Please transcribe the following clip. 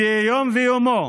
מדי יום ביומו